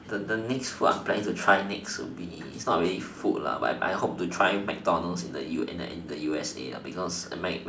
the the next food I'm planning to try next would be is not really food but I I hope to try mcdonalds in the in the U_S_A because mc~